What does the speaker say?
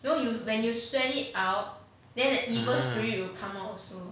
mm